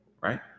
Right